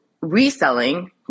reselling